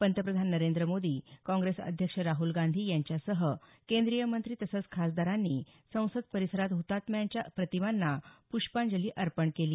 पंतप्रधान नरेंद्र मोदी काँग्रेस अध्यक्ष राहुल गांधी यांच्यासह केंद्रीय मंत्री तसंच खासदारांनी संसद परिसरात हुतात्म्यांच्या प्रतिमांना पृष्पांजली अर्पण केली